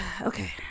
Okay